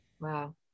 Wow